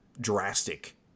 drastic